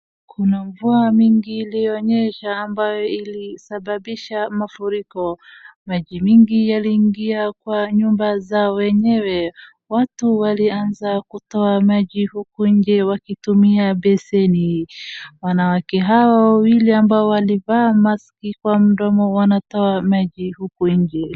Kuna mvua mingi ilionyesha ambayo ilisababisha mafuriko. Maji mingi yaliingia kwa nyumba za wenyewe. Watu walianza kutoa maji huku nje wakitumia baseni. Wanawake hawa wawili ambao walivaa mask kwa mdomo wanatoa maji huku nje.